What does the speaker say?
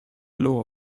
lower